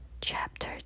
Chapter